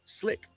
slick